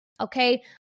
okay